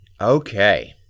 Okay